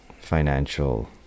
financial